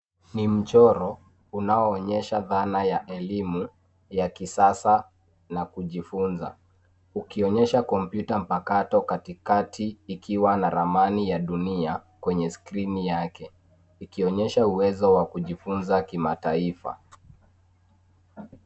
Ni mchoro unaoonyesha dhana ya elimu ya kisasa na kujifunza ukionyesha kompyuta mpakato katikati ikiwa na ramani ya dunia kwenye skrini yake ikionyesha uwezo wa kujifunza kimataifa.